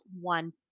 one